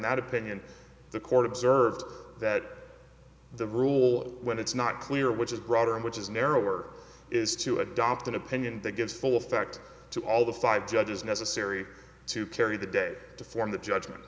that opinion the court observed that the rule when it's not clear which is broader and which is narrower is to adopt an opinion that gives full effect to all the five judges necessary to carry the day to form the judgment